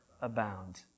abound